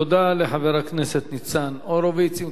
תודה לחבר הכנסת ניצן הורוביץ.